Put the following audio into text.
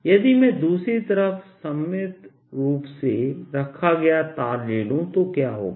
यदि मैं दूसरी तरफ सममित रूप से रखा गया तार ले लूं तो क्या होगा